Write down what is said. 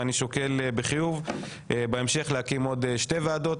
ואני שוקל בחיוב בהמשך להקים עוד שתי ועדות